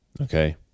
Okay